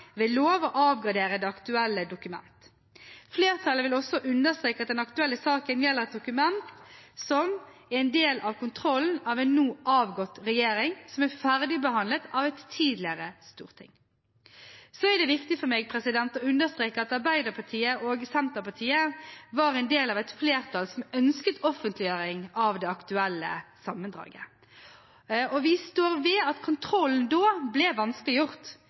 ved lov å avgradere det aktuelle dokument. Flertallet vil også understreke at den aktuelle saken gjelder et dokument som er en del av kontrollen av en nå avgått regjering, som er ferdigbehandlet av et tidligere storting. Så er det viktig for meg å understreke at Arbeiderpartiet og Senterpartiet var en del av et flertall som ønsket offentliggjøring av det aktuelle sammendraget. Vi står ved at kontrollen da ble vanskeliggjort,